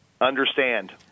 Understand